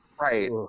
right